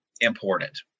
important